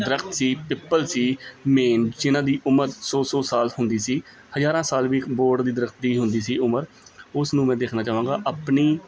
ਦਰੱਖਤ ਸੀ ਪਿੱਪਲ ਸੀ ਮੇਨ ਜਿਨ੍ਹਾਂ ਦੀ ਉਮਰ ਸੌ ਸੌ ਸਾਲ ਹੁੰਦੀ ਸੀ ਹਜ਼ਾਰਾਂ ਸਾਲ ਵੀ ਬੋਹੜ ਦੀ ਦਰੱਖਤ ਦੀ ਹੁੰਦੀ ਸੀ ਉਮਰ ਉਸ ਨੂੰ ਮੈਂ ਦੇਖਣਾ ਚਾਹਾਂਗਾ ਆਪਣੀ